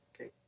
Okay